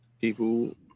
people